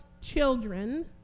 children